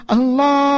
Allah